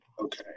Okay